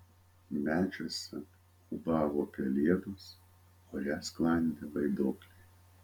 medžiuose ūbavo pelėdos ore sklandė vaiduokliai